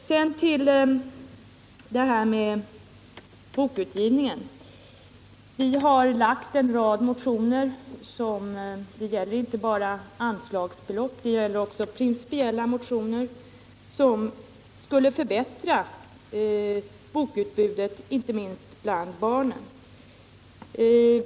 Sedan till det här med bokutgivningen. Vi har väckt en rad motioner som inte bara gäller anslagsbelopp utan också principiella frågor. Om våra förslag genomfördes skulle bokutbudet förbättras, inte minst bland barnen.